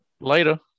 Later